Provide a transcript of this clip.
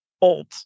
old